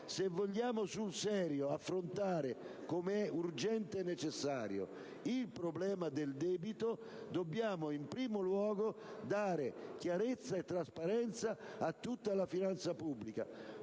Se vogliamo sul serio affrontare, come è urgente e necessario, il problema del debito, dobbiamo in primo luogo dare chiarezza e trasparenza a tutta la finanza pubblica,